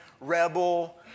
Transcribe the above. rebel